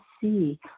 see